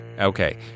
Okay